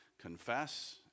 confess